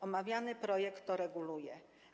Omawiany projekt to reguluje.